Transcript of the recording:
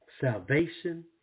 Salvation